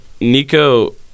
Nico